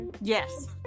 yes